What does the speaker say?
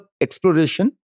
exploration